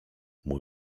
mój